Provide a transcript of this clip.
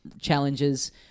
challenges